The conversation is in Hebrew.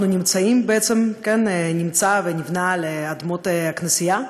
נמצאים נמצא ונבנה על אדמות הכנסייה,